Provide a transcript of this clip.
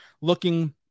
looking